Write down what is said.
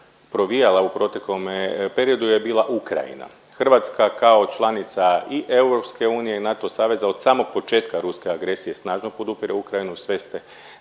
provijala u proteklome periodu je bila Ukrajina. Hrvatska kao članica i EU i NATO saveza od samog početka ruske agresije snažno podupire Ukrajine, sve ste